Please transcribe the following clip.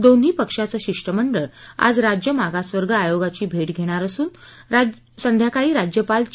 दोन्ही पक्षाचं शिष्टमंडळ आज राज्य मागासवर्ग आयोगाची भेट्घेणार असून संध्याकाळी राज्यपाल चे